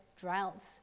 droughts